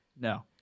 No